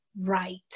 right